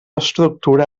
estructura